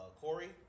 Corey